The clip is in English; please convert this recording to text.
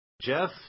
Jeff